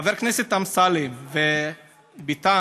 חבר הכנסת אמסלם, וביטן,